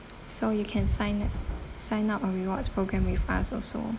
so you can sign sign up a rewards program with us also